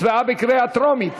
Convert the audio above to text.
הצבעה בקריאה טרומית.